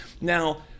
Now